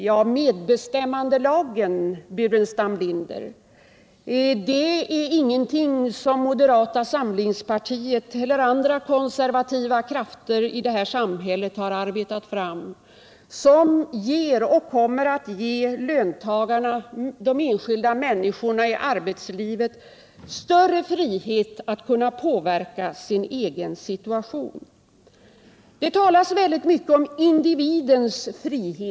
Ja, medbestämmandelagen, herr Burenstam Linder, är ingenting som moderata samlingspartiet eller andra konservativa krafter i det här samhället har arbetat fram. Den ger och kommer att ge löntagarna, de enskilda människorna i arbetslivet, större frihet att kunna påverka sin egen situation. Det talas mycket om individens frihet.